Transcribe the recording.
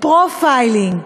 profiling,